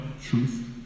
truth